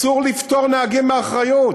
אסור לפטור נהגים מאחריות